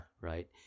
Right